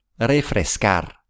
Refrescar